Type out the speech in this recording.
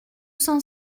cent